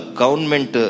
government